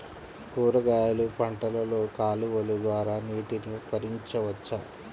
కూరగాయలు పంటలలో కాలువలు ద్వారా నీటిని పరించవచ్చా?